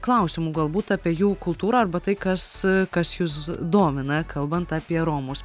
klausimų galbūt apie jų kultūrą arba tai kas kas jus domina kalbant apie romus